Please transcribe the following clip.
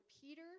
Peter